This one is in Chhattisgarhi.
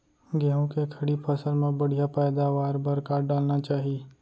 गेहूँ के खड़ी फसल मा बढ़िया पैदावार बर का डालना चाही?